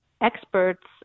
experts